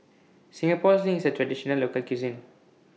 Singapore Sling IS A Traditional Local Cuisine